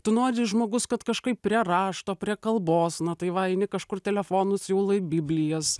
tu nori žmogus kad kažkaip prie rašto prie kalbos na tai va eini kažkur telefonu siūlai biblijas